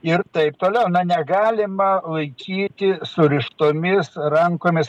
ir taip toliau na negalima laikyti surištomis rankomis